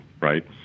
right